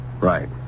Right